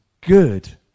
good